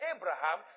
Abraham